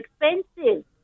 expensive